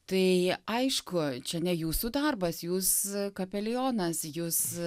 tai aišku čia ne jūsų darbas jūs kapelionas jūs